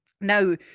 now